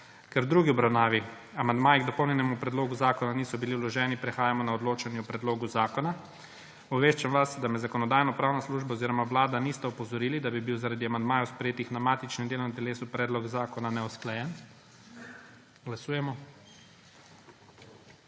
Ker v drugi obravnavi amandmaji k dopolnjenemu predlogu zakona niso bili vloženi, prehajamo na odločanje o predlogu zakona. Obveščam vas, da me Zakonodajno-pravna služba oziroma Vlada nista opozorili, da bi bil zaradi amandmajev, sprejetih na matičnem delovnem telesu, predlog zakona neusklajen. Glasujemo.